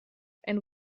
and